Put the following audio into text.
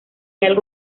algo